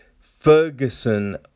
Ferguson